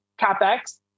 capex